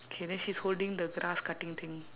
okay then she's holding the grass cutting thing